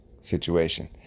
situation